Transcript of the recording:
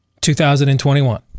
2021